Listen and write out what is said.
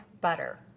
butter